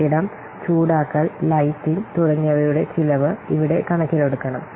കെട്ടിടം ചൂടാക്കൽ ലൈറ്റിംഗ് തുടങ്ങിയവയുടെ ചിലവ് ഇവിടെ കണക്കിലെടുക്കണം